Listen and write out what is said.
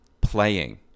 Playing